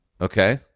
okay